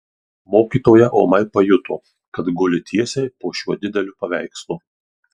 mokytoja ūmai pajuto kad guli tiesiai po šiuo dideliu paveikslu